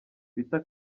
bita